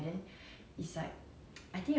ya lor true true true